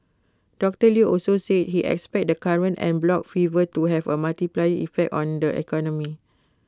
doctor Lew also said he expects the current en bloc fever to have A multiplier effect on the economy